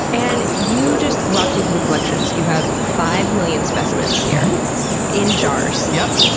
and you just walked me through the collections. you have five million specimens here in jars. yep.